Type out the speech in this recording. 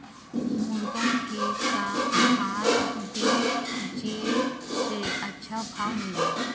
मुर्गा के का आहार दी जे से अच्छा भाव मिले?